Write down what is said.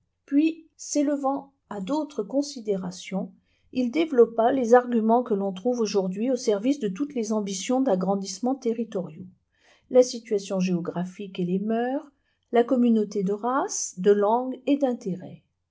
puis s'élevant à d'autres considérations il développa les arguments que l'on trouve aujourd'hui au service de toutes les ambitions d'agrandissements territoriaux la situation géographique et les mœurs la communauté de race de langue et d'intérêt